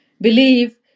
believe